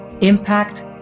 impact